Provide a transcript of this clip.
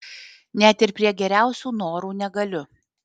net ir prie geriausių norų negaliu